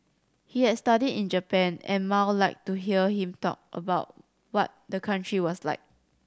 he had studied in Japan and Mao liked to hear him talk about what the country was like